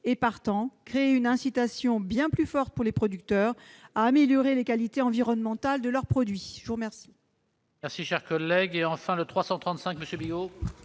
et, partant, créer une incitation bien plus forte pour les producteurs à améliorer les qualités environnementales de leurs produits. L'amendement